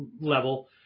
level